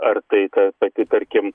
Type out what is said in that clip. ar tai ta pati tarkim